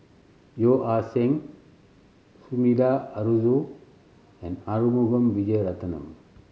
Yeo Ah Seng Sumida Haruzo and Arumugam Vijiaratnam